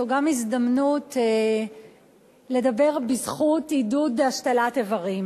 זו גם הזדמנות לדבר בזכות עידוד השתלת איברים,